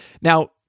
Now